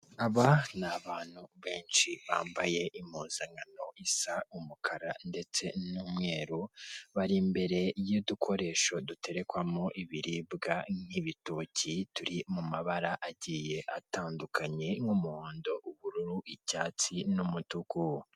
Aba ni abantu benshi bambaye impuzankano isa umukara ndetse n'umweru, bari imbere y'udukoresho duterekwamo ibiribwa nk'ibitoki, turi mu mabara agiye atandukanye; nk'umuhondo, ubururu, icyatsi, n'umutuku.